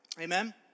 Amen